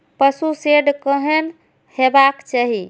पशु शेड केहन हेबाक चाही?